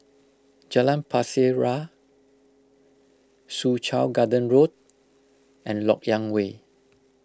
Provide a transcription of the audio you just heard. Jalan Pasir Ria Soo Chow Garden Road and Lok Yang Way